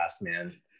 man